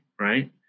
right